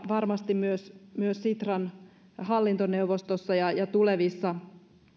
varmasti myös myös sitran hallintoneuvostossa ja ja tulevissa